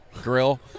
grill